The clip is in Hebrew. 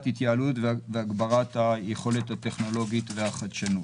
התייעלות והגברת היכולת הטכנולוגית והחדשנות.